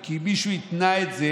כי מישהו התנה את זה